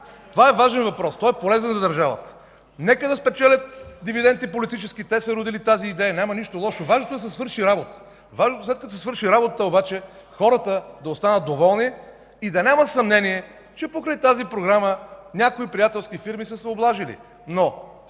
това е важен въпрос, той е полезен за държавата, нека да спечелят политически дивиденти. Те са родили тази идея. Няма нищо лошо. Важното е да се свърши работа. Важното е след като се свърши работата обаче, хората да останат доволни и да няма съмнение, че покрай тази програма някои приятелски фирми са се облажили.